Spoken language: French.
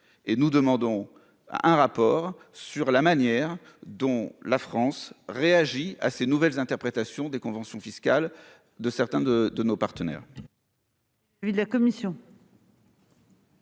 et nous demandons un rapport sur la manière dont la France réagit à ces nouvelles interprétations des conventions fiscales de certains de de nos partenaires.--